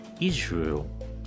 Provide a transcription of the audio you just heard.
Israel